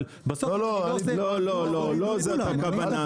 אבל בסוף --- לא זאת הכוונה.